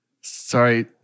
Sorry